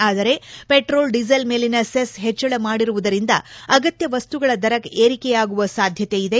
ಆದರೆ petrol diesel ಮೇಲಿನ cess ಪೆಟ್ಟಳ ಮಾಡಿರುವದರಿಂದ ಅಗತ್ಯ ಮಸ್ತುಗಳ ದರ ಏರಿಕೆಯಾಗುವ ಸಾಧ್ಯತೆ ಇದೆ